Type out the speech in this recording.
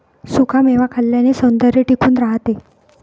सुखा मेवा खाल्ल्याने सौंदर्य टिकून राहते